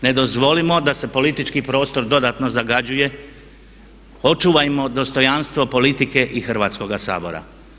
Ne dozvolimo da se politički prostor dodatno zagađuje, očuvajmo dostojanstvo politike i Hrvatskoga sabora.